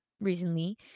recently